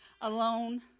alone